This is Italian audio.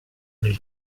nel